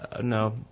no